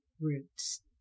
roots